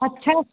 अच्छा